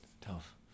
Tough